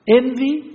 envy